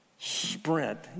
sprint